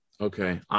Okay